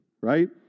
right